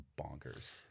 bonkers